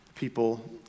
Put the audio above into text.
People